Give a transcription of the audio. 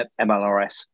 MLRS